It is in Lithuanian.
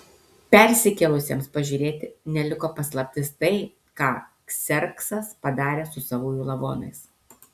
persikėlusiems pažiūrėti neliko paslaptis tai ką kserksas padarė su savųjų lavonais